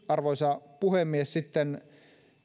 arvoisa puhemies sitten